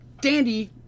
Dandy